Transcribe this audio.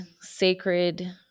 sacred